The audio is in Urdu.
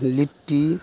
لٹی